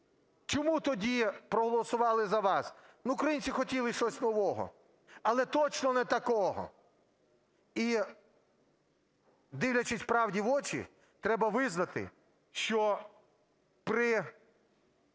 чому тоді проголосували за вас? Ну, українці хотіли щось нового, але точно не такого. І, дивлячись правді в очі, треба визнати, що при